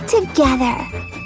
together